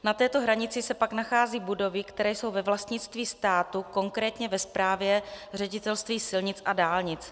Na této hranici se pak nacházejí budovy, které jsou ve vlastnictví státu, konkrétně ve správě Ředitelství silnic a dálnic.